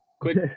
Quick